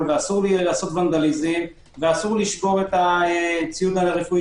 ולעשות ונדליזם ולשבור את הציוד הרפואי,